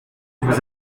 vous